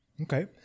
Okay